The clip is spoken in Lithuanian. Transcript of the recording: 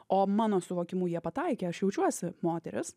o mano suvokimu jie pataikė aš jaučiuosi moteris